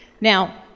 Now